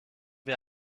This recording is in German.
wir